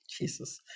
Jesus